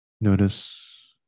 Notice